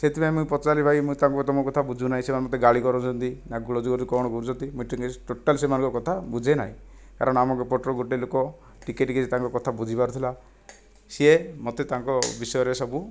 ସେଥିପାଇଁ ମୁଇଁ ପଚାରିଲି ଭାଇ ମୁଇଁ ତାଙ୍କୁ ତୁମ କଥା ବୁଝୁନାହିଁ ସେମାନେ ମୋତେ ଗାଳି କରୁଛନ୍ତି ନା ଗୁଳଜ ନା କଣ କରୁଛନ୍ତି ମୁଇଁ ଥିଂ ଇଜ୍ ଟୋଟାଲ୍ ସେମାନଙ୍କ କଥା ବୁଝେ ନାହିଁ କାରଣ ଆମ ଏପଟରୁ ଗୋଟିଏ ଲୋକ ଟିକିଏ ଟିକିଏ ତାଙ୍କ କଥା ବୁଝି ପାରୁଥିଲା ସିଏ ମୋତେ ତାଙ୍କ ବିଷୟରେ ସବୁ